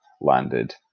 landed